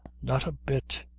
not a bit.